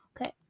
Okay